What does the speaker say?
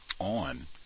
on